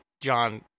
John